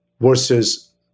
Versus